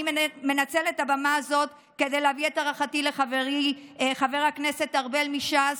אני מנצלת את הבמה הזאת כדי להביע את הערכתי לחברי חבר הכנסת ארבל מש"ס,